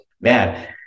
man